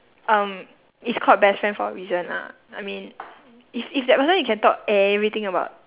um it's called best friend for a reason lah I mean if if that person you can talk everything about